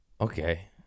okay